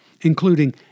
including